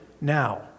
now